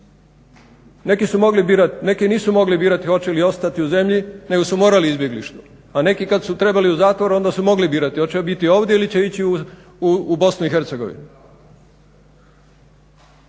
neki nisu mogli birati hoće li ostati u zemlji nego su morali u izbjeglištvo, a neki kada su trebali u zatvor onda su mogli birati hoće li biti ovdje ili će ići u BiH. Toliko